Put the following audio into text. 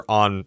on